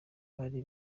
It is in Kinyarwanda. bari